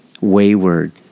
wayward